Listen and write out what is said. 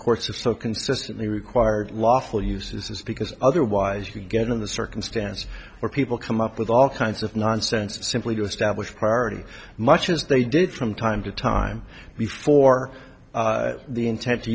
have so consistently required lawful uses is because otherwise you get in the circumstance where people come up with all kinds of nonsense simply to establish priority much as they did from time to time before the intent to